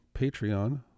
Patreon